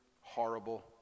horrible